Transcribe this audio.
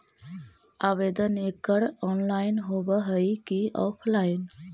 आवेदन एकड़ ऑनलाइन होव हइ की ऑफलाइन?